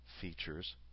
features